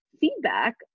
feedback